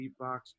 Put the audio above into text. beatbox